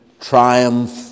triumph